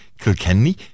Kilkenny